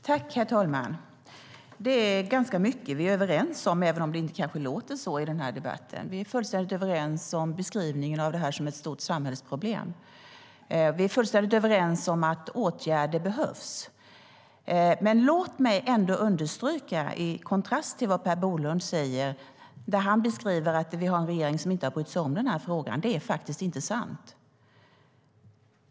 Herr talman! Det är ganska mycket vi är överens om även om det kanske inte låter så i debatten. Vi är fullständigt överens om beskrivningen av detta som ett stort samhällsproblem och att åtgärder behövs. Låt mig ändå understryka följande, i kontrast till vad Per Bolund säger. Han beskriver att vi har en regering som inte har brytt sig om frågan. Det är inte sant.